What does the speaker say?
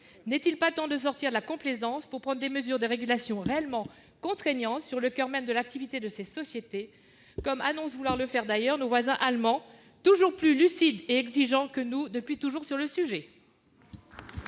N'est-il pas temps de sortir de la complaisance pour prendre des mesures de régulation réellement contraignantes sur le coeur même de l'activité de ces sociétés, comme annoncent vouloir le faire, d'ailleurs, nos voisins allemands, depuis toujours beaucoup plus lucides et exigeants que nous sur le sujet ?